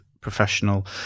professional